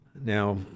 now